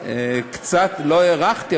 לא הארכתי,